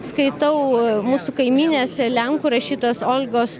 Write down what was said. skaitau mūsų kaimynės lenkų rašytojos olgos